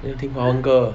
还有听华文歌